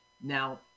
Now